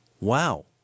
wow